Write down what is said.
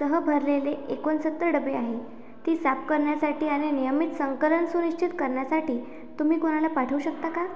सह भरलेले एकोणसत्तर डबे आहे ती साफ करण्यासाठी आणि नियमित संकलन सुनिश्चित करण्यासाठी तुम्ही कोणाला पाठवू शकता का